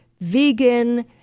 vegan